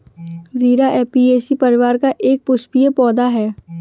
जीरा ऍपियेशी परिवार का एक पुष्पीय पौधा है